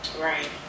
right